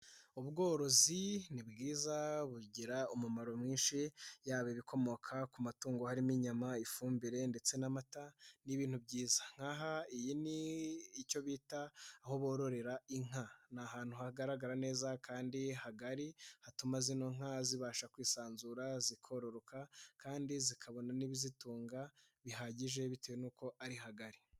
Ubworozi ni bwiza bugira umumaro mwinshi yaba ibikomoka ku matungo harimo inyama,: ifumbire ndetse n'amata ni ibintu byiza, nk'aha iyi ni icyo bita aho bororera inka, ni ahantu hagaragara neza kandi hagari hatuma zino nka zibasha kwisanzura zikororoka kandi zikabona n'ibizitunga bihagije bitewe n'uko ari hagari.